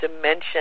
dimension